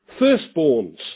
firstborns